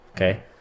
Okay